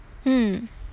mm